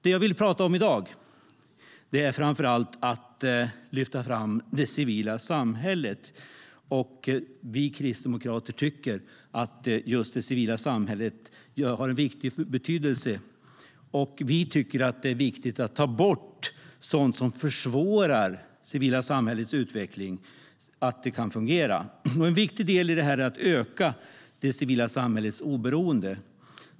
Det jag vill lyfta fram i dag är framför allt det civila samhället. Vi kristdemokrater tycker att just det civila samhället har stor betydelse. Vi tycker att det är viktigt att ta bort sådant som försvårar för det civila samhället att fungera. En viktig del i detta är att öka det civila samhällets oberoende.